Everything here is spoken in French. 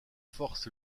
forces